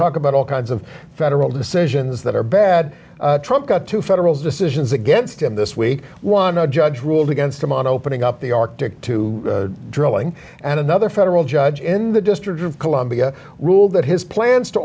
talk about all kinds of federal decisions that are bad trumped up to federal decisions against him this week one judge ruled against him on opening up the arctic to drilling another federal judge in the district of columbia ruled that his plans to